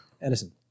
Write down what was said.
Edison